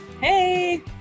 Hey